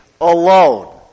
alone